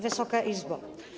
Wysoka Izbo!